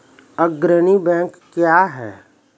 अग्रणी बैंक क्या हैं?